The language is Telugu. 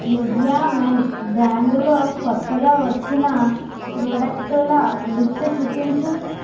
నివియా మెన్ బ్రాండులో కొత్తగా వచ్చిన ప్రోడక్టుల లిస్టు చూపించు